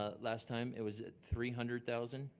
ah last time it was at three hundred thousand.